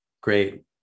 great